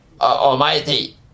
Almighty